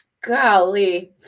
Golly